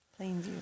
Plainview